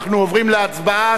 אנחנו עוברים להצבעה,